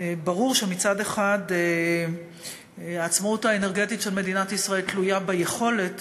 ברור שמצד אחד העצמאות האנרגטית של מדינת ישראל תלויה ביכולת